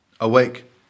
Awake